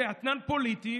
כאתנן פוליטי,